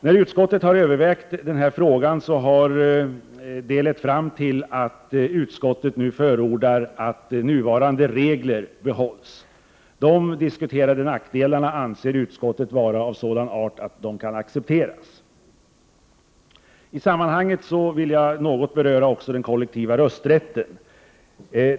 När utskottet har övervägt denna fråga har det lett fram till att utskottet nu förordar att nuvarande regler skall behållas. De diskuterade nackdelarna anser utskottet vara av sådan art att de kan accepteras. I sammanhanget vill jag också något beröra den kollektiva rösträtten.